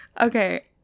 Okay